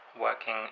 working